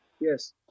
Yes